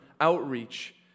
outreach